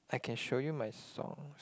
I can show you my songs